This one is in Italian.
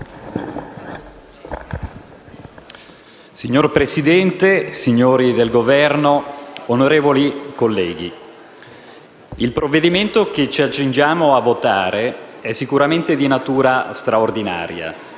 Signor Presidente, signori del Governo, onorevoli colleghi, il provvedimento che ci accingiamo a votare è sicuramente di natura straordinaria,